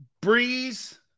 Breeze